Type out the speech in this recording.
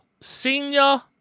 senior